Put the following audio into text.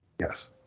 Yes